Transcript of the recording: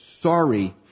sorry